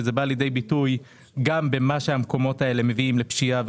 בא לידי ביטוי גם בכך שהמקומות האלה מובילים לפשיעה,